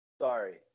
sorry